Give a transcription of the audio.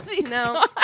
No